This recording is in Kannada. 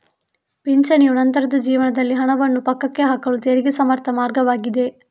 ಪಿಂಚಣಿಯು ನಂತರದ ಜೀವನದಲ್ಲಿ ಹಣವನ್ನು ಪಕ್ಕಕ್ಕೆ ಹಾಕಲು ತೆರಿಗೆ ಸಮರ್ಥ ಮಾರ್ಗವಾಗಿದೆ